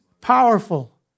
powerful